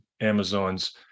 Amazon's